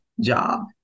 job